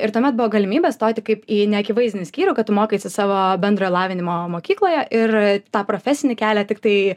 ir tuomet buvo galimybė stoti kaip į neakivaizdinį skyrių kad tu mokaisi savo bendrojo lavinimo mokykloje ir tą profesinį kelią tiktai